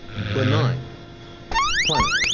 benign planet,